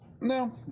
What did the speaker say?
No